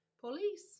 Police